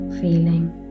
feeling